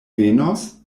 venos